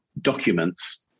documents